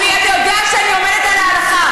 אתה יודע שאני עומדת על ההלכה,